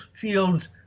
fields